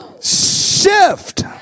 Shift